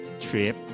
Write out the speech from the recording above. trip